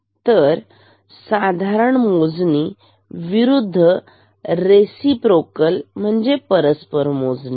तर साधारण मोजणी विरुद्ध रिसिप्रोकल परस्पर मोजणी